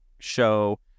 show